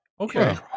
Okay